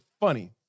funny